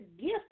gift